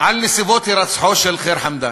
על נסיבות הירצחו של ח'יר חמדאן.